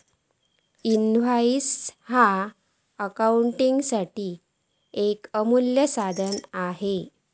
invoice ह्या अकाउंटिंगसाठी येक अमूल्य साधन असा